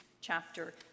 chapter